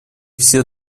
все